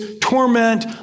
torment